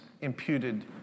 imputed